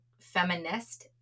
feminist